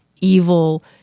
evil